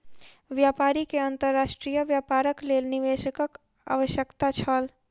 व्यापारी के अंतर्राष्ट्रीय व्यापारक लेल निवेशकक आवश्यकता छल